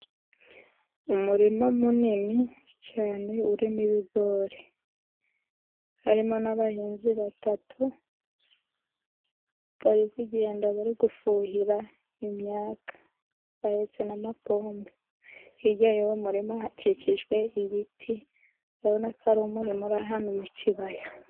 Umurima munini cyane urimo ibigori harimo n'abahinzi batatu bari kugenda bari gufuhira imyaka, bahetse n'amapombe hirya y'uwo murima hakikijwe ibiti. Urabona ko ari umurima uri ahantu mu kibaya.